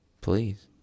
Please